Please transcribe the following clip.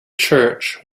church